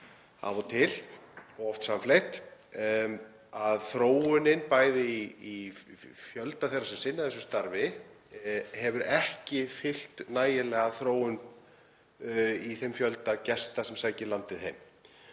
af og til og oft samfleytt, að þróunin í fjölda þeirra sem sinna þessu starfi hefur ekki fylgt nægilega þróun í þeim fjölda gesta sem sækja landið heim.